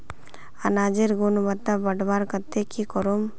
अनाजेर गुणवत्ता बढ़वार केते की करूम?